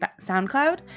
SoundCloud